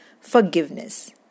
Forgiveness